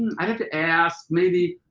i'd have to ask, maybe.